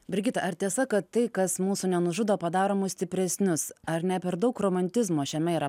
brigita ar tiesa kad tai kas mūsų nenužudo padaro mus stipresnius ar ne per daug romantizmo šiame yra